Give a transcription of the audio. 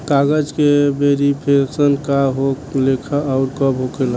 कागज के वेरिफिकेशन का हो खेला आउर कब होखेला?